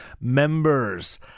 members